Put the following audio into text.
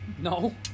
No